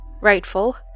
rightful